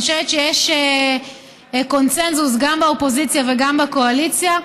אני חושבת שיש קונסנזוס גם באופוזיציה וגם בקואליציה.